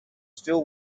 still